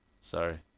Sorry